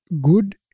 good